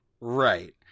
right